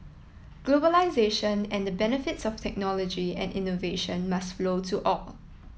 globalisation and the benefits of technology and innovation must flow to all